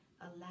Allow